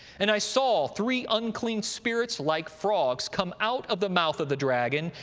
and i saw three unclean spirits like frogs come out of the mouth of the dragon,